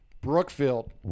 Brookfield